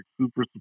super